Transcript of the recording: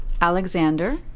Alexander